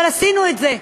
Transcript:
אבל עשינו את זה.